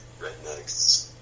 rednecks